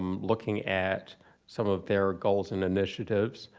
um looking at some of their goals and initiatives,